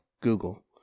Google